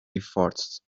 efforts